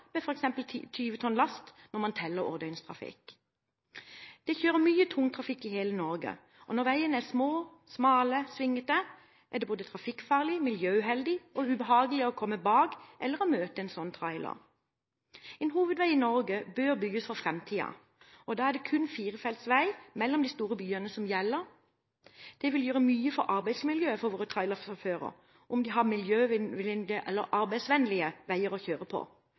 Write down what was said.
med f.eks. 20 tonn last – når man teller årsdøgntrafikk. Det kjører mye tungtrafikk i hele Norge. Når veiene er små, smale og svingete, er det både trafikkfarlig, miljøuheldig og ubehagelig å komme bak eller å møte en trailer. En hovedvei i Norge bør bygges for framtiden, og da er det kun firefeltsvei mellom de store byene som gjelder. Det vil gjøre mye for arbeidsmiljøet for våre trailersjåfører om de har miljøvennlige eller arbeidsvennlige veier å kjøre på.